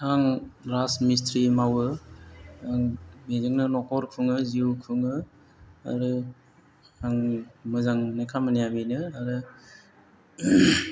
आं राज मिस्थ्रि मावो आं बेजोंनो न'खर खुङो जिउ खुङो आरो आंनि मोजां मोननाय खामानिया बेनो आरो